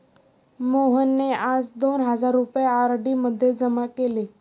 मोहनने आज दोन हजार रुपये आर.डी मध्ये जमा केले